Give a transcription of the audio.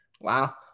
wow